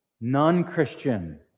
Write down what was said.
non-Christian